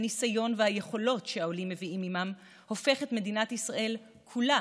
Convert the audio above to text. הניסיון והיכולות שהעולים מביאים עימם הופכים את מדינת ישראל כולה